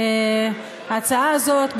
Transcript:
ההצעה הזאת,